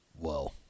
Whoa